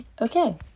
okay